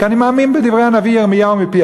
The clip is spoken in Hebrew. כי אני מאמין בדברי הנביא ירמיהו מפי